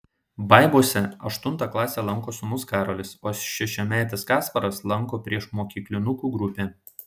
baibiuose aštuntą klasę lanko sūnus karolis o šešiametis kasparas lanko priešmokyklinukų grupę